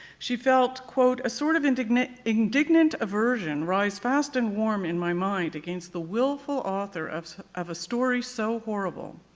she felt a sort of indignant indignant aversion rise fast and warm in my mind against the willful author of sort of a story so horrible.